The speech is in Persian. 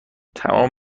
تمام